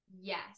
yes